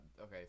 okay